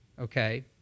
okay